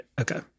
Okay